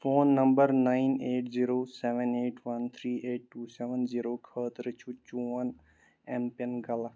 phone number nine eight zero seven eight one three eight two seven zero خٲطرٕ چھُ چون M pin غلط